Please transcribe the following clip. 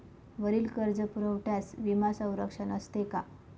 वरील कर्जपुरवठ्यास विमा संरक्षण असते का?